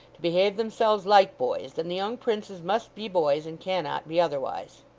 to behave themselves like boys, then the young princes must be boys and cannot be otherwise